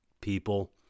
people